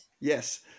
Yes